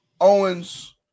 Owens